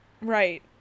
Right